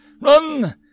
Run